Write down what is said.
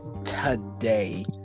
today